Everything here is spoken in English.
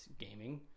gaming